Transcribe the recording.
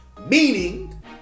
Meaning